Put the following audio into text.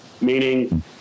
Meaning